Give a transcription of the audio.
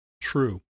True